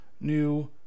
new